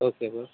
okay bro